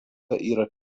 yra